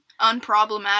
Unproblematic